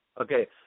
Okay